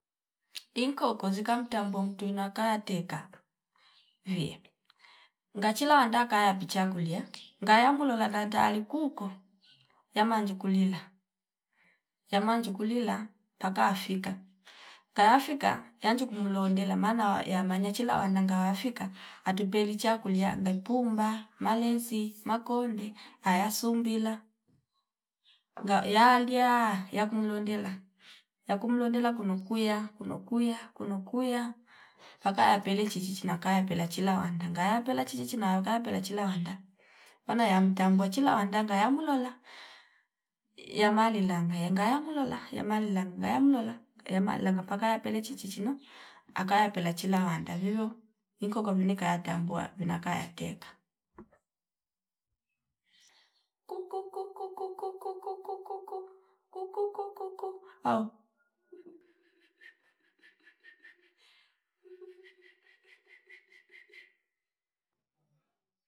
Inkoko zikantambo twina kateka viwia ngachila anda kaya kichangulia ngaya ngulola nkatali kuuko yamanji kuniha, yamanji kulila paka afika kayafika yanji kululongela maana yamanya nyechila wanangwa fika atu peli cha kulia anda pumba malenzi makondi aya sumbila nga yaliaa yaku mndondela yaku mlondela kunukiwa- kunukuiwa- kunukiwa paka yapale chichi chikana kaya pela chino wanda ngaya pela chichi nawanga pela chilawanda pana yamtambo chilawanda ngaya mulola yamali langa ngaya mulola yamali nang ngaya mlola yamali langa paka peli chichino akaya pela china wanda vio ikoko mnik kayatambua vina kaya teka "kuku- kukuu- kukuuu- kukuuu- kukuuu- kukukuuu" au